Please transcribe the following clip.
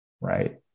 right